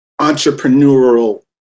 entrepreneurial